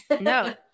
No